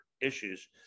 issues